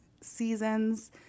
seasons